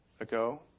ago